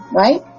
right